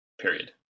period